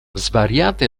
svariate